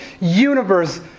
universe